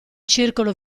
circolo